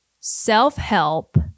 self-help